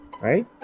Right